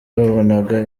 babonaga